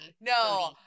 No